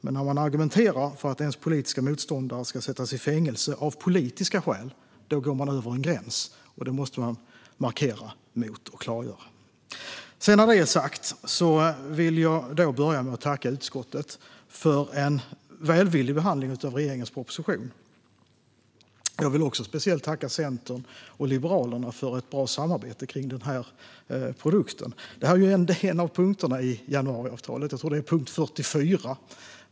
Men när man argumenterar för att ens politiska motståndare ska sättas i fängelse av politiska skäl går man över en gräns. Det måste jag klargöra och markera mot. Med det sagt vill jag börja med att tacka utskottet för en välvillig behandling av regeringens proposition. Jag vill speciellt tacka Centern och Liberalerna för ett bra samarbete kring den här produkten. Det är en av punkterna i januariavtalet. Jag tror att det är punkt 44.